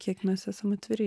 kiek mes esam atviri